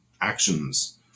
actions